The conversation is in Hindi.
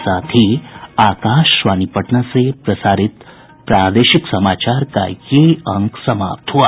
इसके साथ ही आकाशवाणी पटना से प्रसारित प्रादेशिक समाचार का ये अंक समाप्त हुआ